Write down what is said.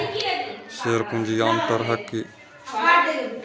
share पूंजी आन तरहक इक्विटी खाता सं अलग होइ छै